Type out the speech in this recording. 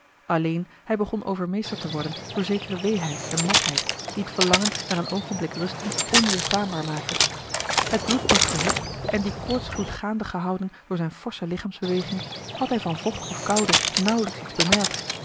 alleen hij begon overmeesterd te worden door zekere weeheid en matheid die t verlangen naar een oogenblik rustens onweêrstaanbaar maakte het bloed nog verhit en dien koortsgloed gaande gehouden door zijne forsche lichaamsbeweging had hij van vocht of koude nauwelijks iets bemerkt